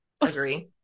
agree